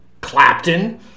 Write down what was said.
Clapton